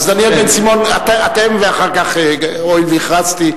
הואיל והכרזתי,